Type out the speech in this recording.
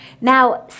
now